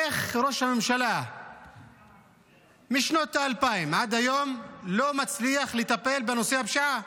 איך ראש הממשלה משנות האלפיים ועד היום לא מצליח לטפל בנושא הפשיעה,